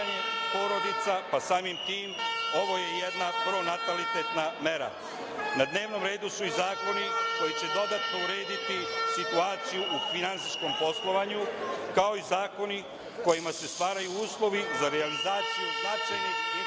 a samim tim ovo je jedna pronatalitetna mera. Na dnevnom redu su i zakoni koji će dodatno urediti situaciju u finansijskom poslovanju, kao i zakoni kojima se stvaraju uslovi za realizaciju značajnih infrastrukturnih